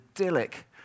idyllic